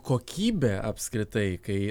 kokybė apskritai kai